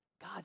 God